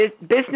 business